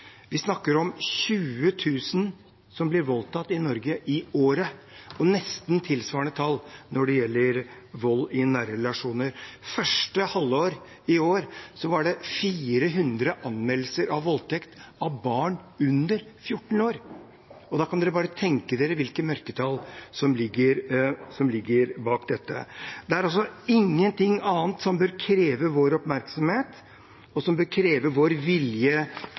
Vi snakker om 20 000 som blir voldtatt i Norge i året. Det er nesten tilsvarende tall når det gjelder vold i nære relasjoner. Det første halvåret i år var det 400 anmeldelser av voldtekt av barn under 14 år. Da kan dere bare tenke dere hvilke mørketall som ligger bak dette. Det er ingenting annet som bør kreve mer av vår oppmerksomhet og vår vilje